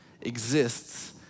exists